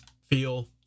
feel